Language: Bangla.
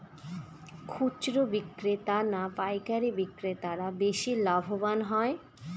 খুচরো বিক্রেতা না পাইকারী বিক্রেতারা বেশি লাভবান হয়?